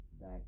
back